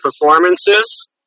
performances